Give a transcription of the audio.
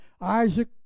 Isaac